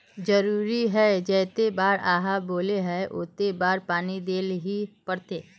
जरूरी है की जयते बार आहाँ बोले है होते बार पानी देल ही पड़ते?